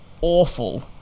awful